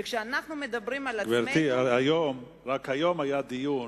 כשאנחנו מדברים על עצמנו, גברתי, רק היום היה דיון